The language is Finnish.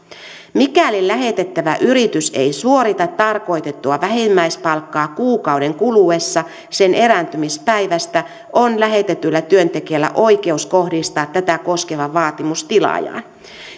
mikäli lähettävä yritys ei suorita tarkoitettua vähimmäispalkkaa kuukauden kuluessa sen erääntymispäivästä on lähetetyllä työntekijällä oikeus kohdistaa tätä koskeva vaatimus tilaajaan